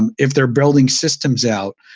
um if they're building systems out,